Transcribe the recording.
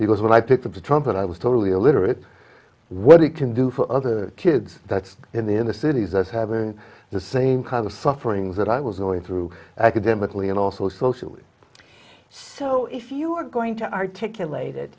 was when i picked up the trumpet i was totally illiterate what it can do for other kids that's in the inner cities as having the same kind of suffering that i was going through academically and also socially so if you're going to articulate it